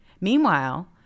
Meanwhile